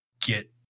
get